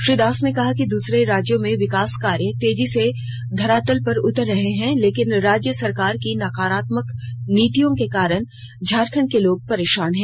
श्रीदास ने कहा कि दूसरे राज्यों में विकास कार्य तेजी से धरातल पर उतर रहे हैं लेकिन राज्य सरकार की नकारात्मक नीतियों के कारण झारखंड के लोग परेशाना हैं